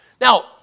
Now